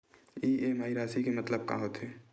EMI राशि के मतलब का होथे?